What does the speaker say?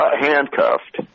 handcuffed